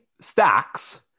Stacks